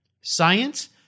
science